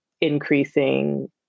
increasing